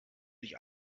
dich